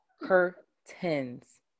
curtains